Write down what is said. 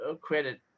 credit